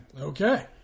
Okay